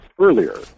earlier